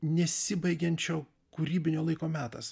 nesibaigiančio kūrybinio laiko metas